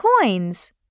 coins